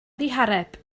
ddihareb